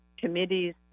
committees